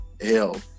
hell